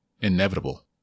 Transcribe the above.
inevitable